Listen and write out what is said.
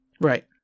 Right